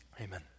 Amen